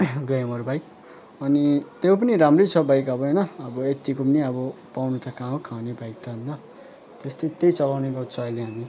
glamour bike अनि त्यो पनि राम्रै छ बाइक अब होइन अब यतिको नि अब पाउनु त कहाँ हो कहाँ हो नि यो बाइक त होइन त्यस्तै त्यही चलाउने गर्छु अहिले म